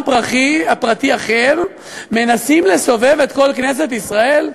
פרטי אחר מנסים לסובב את כל כנסת ישראל?